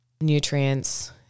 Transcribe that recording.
nutrients